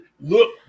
Look